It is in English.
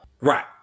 Right